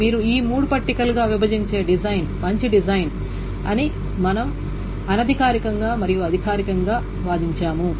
మీరు ఈ మూడు పట్టికలుగా విభజించే డిజైన్ మంచి డిజైన్ అని మనం అనధికారికంగా మరియు అధికారికంగా వాదించాము